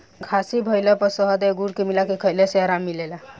खासी भइला पर शहद आ गुड़ के मिला के खईला से आराम मिलेला